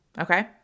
okay